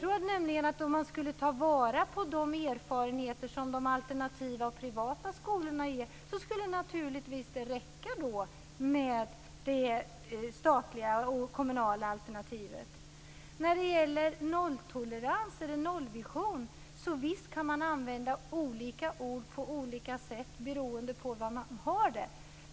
Om man skulle ta vara på de erfarenheter som de alternativa och privata skolorna ger skulle det naturligtvis räcka med det statliga och kommunala alternativet. När det gäller nolltolerans och nollvision, kan man använda olika ord på olika sätt beroende på vad det är fråga om.